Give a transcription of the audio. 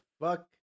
fuck